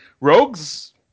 Rogues